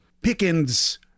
Pickens